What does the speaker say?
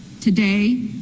today